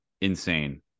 insane